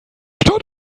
stadt